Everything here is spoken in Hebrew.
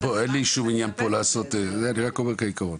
שום עניין פה לעשות- -- אני רק אומר את העיקרון.